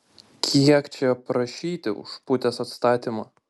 kiek čia prašyti už putės atstatymą